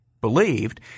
believed